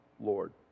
Lord